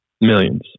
Millions